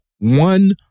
one